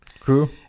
True